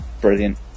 brilliant